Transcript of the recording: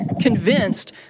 convinced